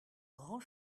grand